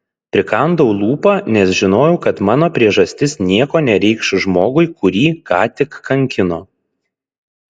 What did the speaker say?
prikandau lūpą nes žinojau kad mano priežastis nieko nereikš žmogui kurį ką tik kankino